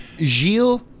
Gilles